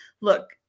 look